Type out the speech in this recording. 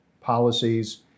policies